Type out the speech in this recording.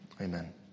Amen